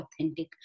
authentic